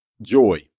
Joy